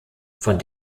von